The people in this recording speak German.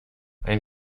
ein